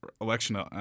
election